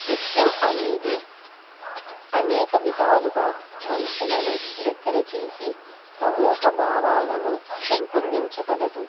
నృత్యం అనేది అనేక విధాలుగా మనుషులను దగ్గర చేసి సమూహ భావాలను పెంపొందించగలదు